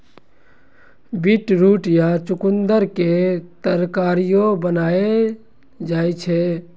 beetroot या चुकंदर के तरकारियो बनाएल जाइ छै